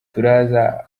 turaza